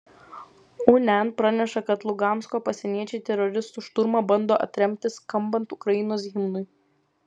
unian praneša kad lugansko pasieniečiai teroristų šturmą bando atremti skambant ukrainos himnui